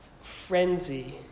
Frenzy